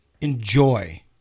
Enjoy